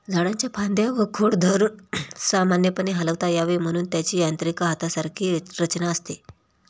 झाडाच्या फांद्या व खोड धरून सामान्यपणे हलवता यावे म्हणून त्याची यांत्रिक हातासारखी रचना असते